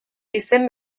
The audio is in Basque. izen